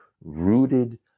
rooted